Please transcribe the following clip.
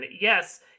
Yes